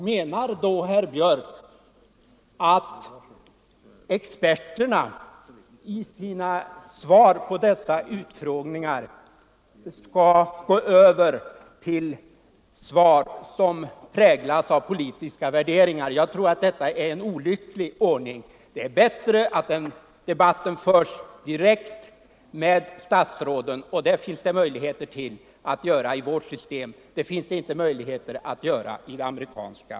Menar då herr Björck att experterna vid dessa utfrågningar skall låta sina svar präglas av politiska värderingar? Jag tror att detta vore en olycklig ordning. Det är bättre att debatten förs direkt med statsråden, och det finns det möjligheter till med vårt system men inte med det amerikanska.